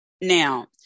Now